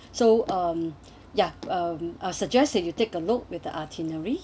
so um ya um I'll suggest that you take a look with the itinerary